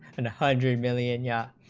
and hundred million yacht,